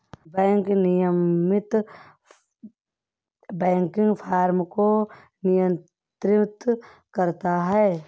bank विनियमन banking फ़र्मों को नियंत्रित करता है